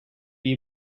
also